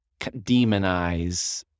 demonize